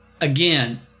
again